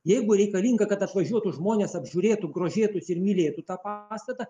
jeigu reikalinga kad atvažiuotų žmonės apžiūrėtų grožėtųsi ir mylėtų tą pastatą